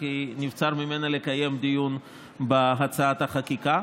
כי נבצר ממנה לקיים דיון בהצעת החקיקה,